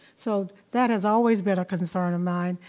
so that has always been a concern of mine.